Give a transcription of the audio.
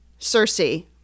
Cersei